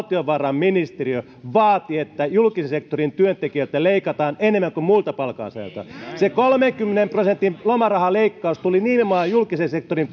valtiovarainministeriö vaati että julkisen sektorin työntekijöiltä leikataan enemmän kuin muilta palkansaajilta se kolmenkymmenen prosentin lomarahaleikkaus tuli nimenomaan julkisen sektorin